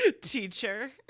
teacher